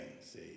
see